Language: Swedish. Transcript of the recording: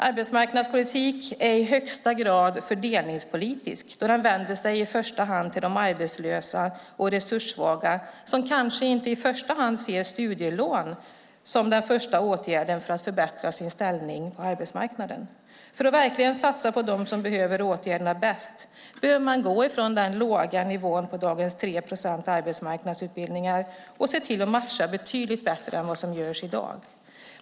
Arbetsmarknadspolitik är i högsta grad fördelningspolitisk, då den vänder sig i första hand till de arbetslösa och resurssvaga, som kanske inte i första hand ser studielån som den första åtgärden för att förbättra sin ställning på arbetsmarknaden. För att verkligen satsa på dem som behöver åtgärderna bäst behöver man gå från den låga nivån på dagens 3 procent arbetsmarknadsutbildningar och se till att matcha betydligt bättre än vad som görs i dag.